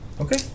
Okay